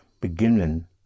beginning